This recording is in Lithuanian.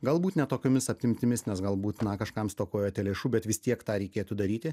galbūt ne tokiomis apimtimis nes galbūt na kažkam stokojate lėšų bet vis tiek tą reikėtų daryti